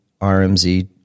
RMZ